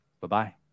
bye-bye